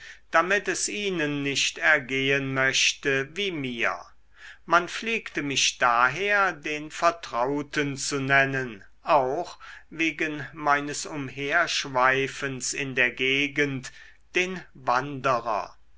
damit es ihnen nicht ergehen möchte wie mir man pflegte mich daher den vertrauten zu nennen auch wegen meines umherschweifens in der gegend den wanderer